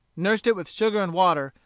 nursed it with sugar and water,